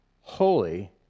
Holy